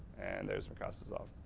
and there's my cross dissolve.